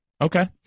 Okay